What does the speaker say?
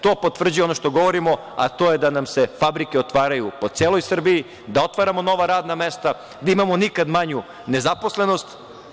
To potvrđuje ono što govorimo, a to je, da nam se fabrike otvaraju po celoj Srbiji, da otvaramo nova radna mesta, da imamo nikad manju nezaposlenost.